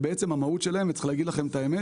בעצם המהות שלהם - וצריך להגיד לכם את האמת